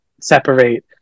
separate